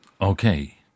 Okay